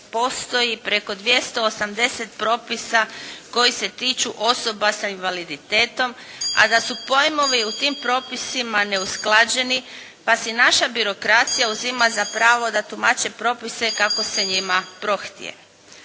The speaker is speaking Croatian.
postoji preko 280 propisa koji se tiču osoba sa invaliditetom, a da su pojmovi u tim propisima neusklađeni pa si naša birokracija uzima za pravo da tumače propise kako se njima prohtje.